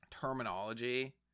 terminology